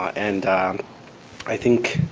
and i think